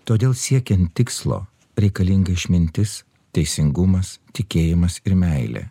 todėl siekiant tikslo reikalinga išmintis teisingumas tikėjimas ir meilė